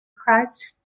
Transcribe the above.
christ